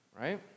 right